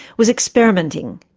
was experimenting.